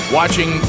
watching